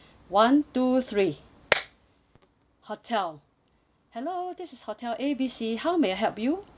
one two three hotel hello this is hotel A B C how may I help you